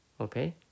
Okay